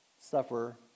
suffer